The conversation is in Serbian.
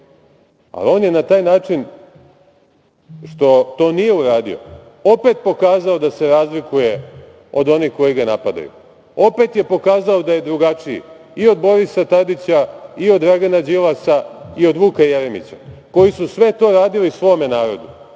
ali on je na taj način, što to nije uradio, opet pokazao da se razlikuje od onih koji ga napadaju. Opet je pokazao da je drugačiji i od Borisa Tadića i od Dragana Đilasa i od Vuka Jeremića, koji su sve to radili svom narodu. Ja